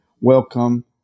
welcome